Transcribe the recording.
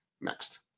Next